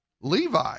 Levi